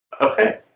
Okay